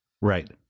Right